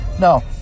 no